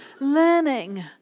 learning